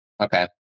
Okay